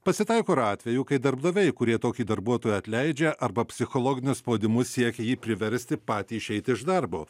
pasitaiko ir atvejų kai darbdaviai kurie tokį darbuotoją atleidžia arba psichologiniu spaudimu siekia jį priversti patį išeiti iš darbo